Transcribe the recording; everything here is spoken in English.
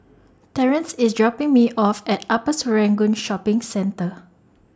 Terrance IS dropping Me off At Upper Serangoon Shopping Centre